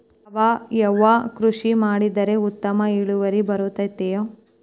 ಸಾವಯುವ ಕೃಷಿ ಮಾಡಿದರೆ ಉತ್ತಮ ಇಳುವರಿ ಬರುತ್ತದೆಯೇ?